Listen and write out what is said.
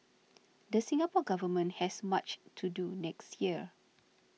the Singapore Government has much to do next year